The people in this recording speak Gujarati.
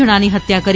જણાની હત્યા કરી